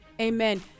Amen